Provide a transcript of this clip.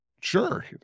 Sure